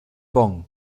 bon